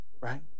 right